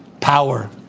Power